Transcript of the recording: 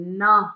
no